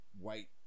white